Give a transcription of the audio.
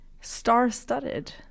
Star-studded